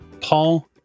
Paul